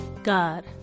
God